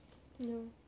ya